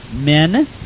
Men